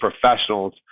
professionals